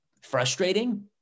frustrating